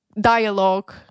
Dialogue